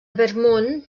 vermont